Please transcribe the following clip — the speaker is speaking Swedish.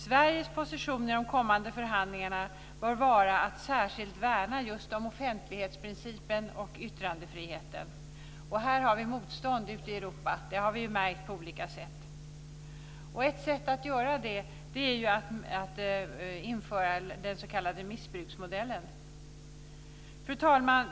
Sveriges position i de kommande förhandlingarna bör vara att särskilt värna just offentlighetsprincipen och yttrandefriheten. Här har vi motstånd ute i Europa - det har vi märkt på olika sätt. Ett sätt att göra detta på är att införa den s.k. missbruksmodellen. Fru talman!